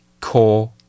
core